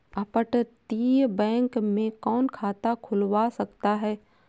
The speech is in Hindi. अपतटीय बैंक में कौन खाता खुलवा सकता है?